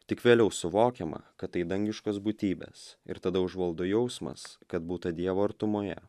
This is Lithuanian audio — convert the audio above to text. tik vėliau suvokiama kad tai dangiškos būtybės ir tada užvaldo jausmas kad būta dievo artumoje